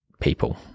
people